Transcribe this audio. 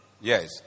Yes